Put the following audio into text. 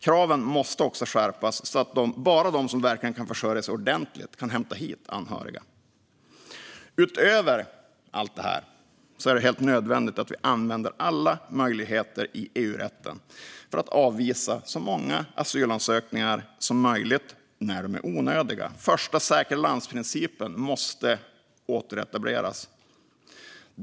Kraven måste också skärpas så att bara de som verkligen kan försörja sig ordentligt kan hämta hit anhöriga. Utöver allt detta är det helt nödvändigt att vi använder alla möjligheter i EU-rätten för att avvisa så många asylansökningar som möjligt när de är onödiga. Principen om första säkra land måste återetableras.